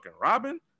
Robin